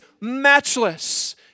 matchless